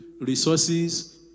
resources